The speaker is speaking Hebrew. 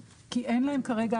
אני מאוד בעד הורדת יוקר המחייה,